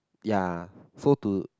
ya so to